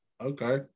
Okay